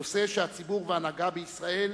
נושא שהציבור וההנהגה בישראל